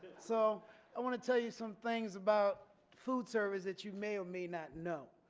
so i want to tell you some things about food service that you may or may not know